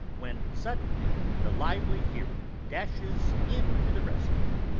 when suddenly the lively hero dashes in to the rescue.